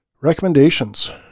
Recommendations